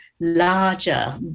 larger